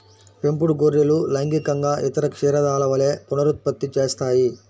పెంపుడు గొర్రెలు లైంగికంగా ఇతర క్షీరదాల వలె పునరుత్పత్తి చేస్తాయి